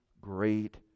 great